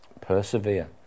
Persevere